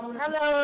hello